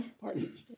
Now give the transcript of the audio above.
Pardon